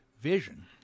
vision –